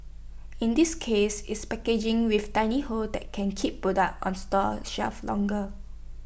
in this case it's packaging with tiny holes that can keep product on store shelves longer